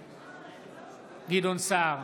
בעד גדעון סער,